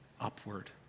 upward